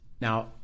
Now